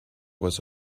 was